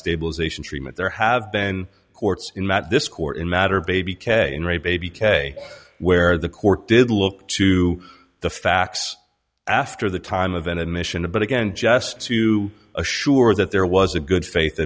stabilization treatment there have been courts in that this court in matter baby k in re baby k where the court did look to the facts after the time of an admission but again just to assure that there was a good faith